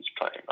playing